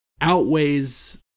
outweighs